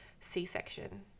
C-section